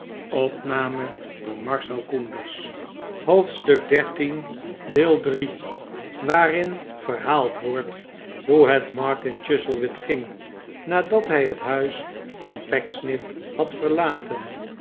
hoofdstuk xiii waarin verhaald wordt hoe het martin chuzzlewit ging nadat hij het huis van pecksniff had verlaten